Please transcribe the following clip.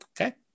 Okay